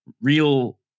real